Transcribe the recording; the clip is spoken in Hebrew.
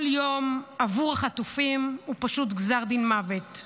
כל יום עבור החטופים הוא פשוט גזר דין מוות.